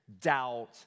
doubt